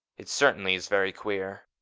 it certainly is very queer.